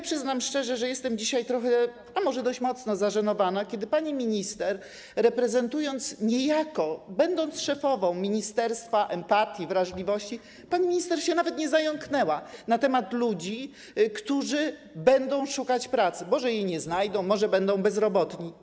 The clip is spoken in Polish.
Przyznam szczerze, że dzisiaj byłam trochę, a może dość mocno, zażenowana, kiedy pani minister, reprezentując, niejako będąc szefową ministerstwa empatii, wrażliwości, nawet się nie zająknęła na temat ludzi, którzy będą szukać pracy, może jej nie znajdą, może będą bezrobotni.